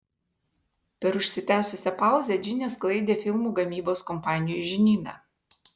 per užsitęsusią pauzę džinė sklaidė filmų gamybos kompanijų žinyną